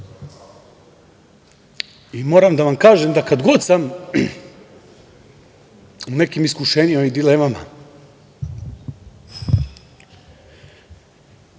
i moram da vam kažem da kad god sam u nekim iskušenjima i dilemama